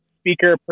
speaker